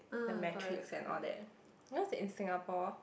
the metrics and all that in Singapore